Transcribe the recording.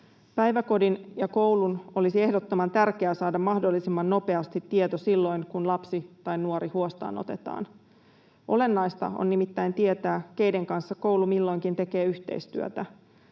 Päiväkodin ja koulun olisi ehdottoman tärkeää saada mahdollisimman nopeasti tieto silloin, kun lapsi tai nuori huostaanotetaan. Olennaista on nimittäin tietää, keiden kanssa koulu milloinkin tekee yhteistyötä.